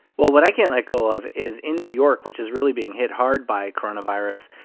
well, what i can't let go of is in new york, which is really being hit hard by coronavirus,